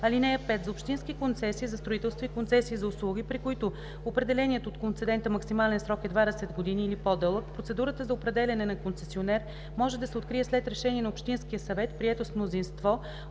срок. (5) За общински концесии за строителство и концесии за услуги, при които определеният от концедента максимален срок е 20 години или по-дълъг, процедурата за определяне на концесионер може да се открие след решение на общинския съвет, прието с мнозинство